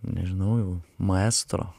nežinau jau maestro